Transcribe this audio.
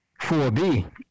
4b